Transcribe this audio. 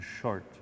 short